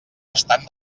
estan